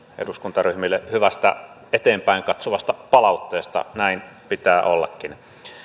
eduskuntaryhmille hyvästä eteenpäin katsovasta palautteesta näin pitää ollakin